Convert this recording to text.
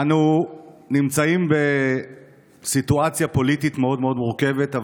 אנו נמצאים בסיטואציה פוליטית מאוד מאוד מורכבת,